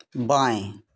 बाएँ